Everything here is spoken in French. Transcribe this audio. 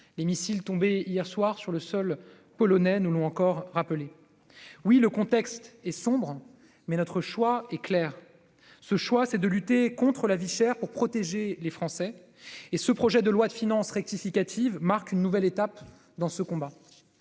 les missiles tombés hier sur le sol polonais nous l'ont encore rappelé. Oui, le contexte est sombre, mais notre choix est clair. Ce choix, c'est de lutter contre la vie chère pour protéger les Français et ce projet de loi de finances rectificative(PLFR) marque une nouvelle étape dans ce combat.